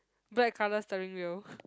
black colour steering wheel